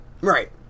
Right